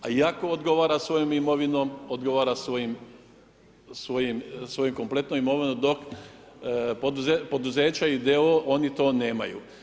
Iako odgovara svojom imovinom, odgovara svojom kompletnom imovinom dok poduzeća i d.o.o. oni to nemaju.